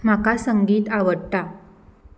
म्हाका संगीत आवडटा